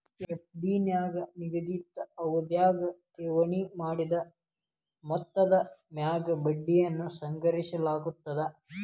FD ನ್ಯಾಗ ನಿಗದಿತ ಅವಧ್ಯಾಗ ಠೇವಣಿ ಮಾಡಿದ ಮೊತ್ತದ ಮ್ಯಾಗ ಬಡ್ಡಿಯನ್ನ ಸಂಗ್ರಹಿಸಲಾಗ್ತದ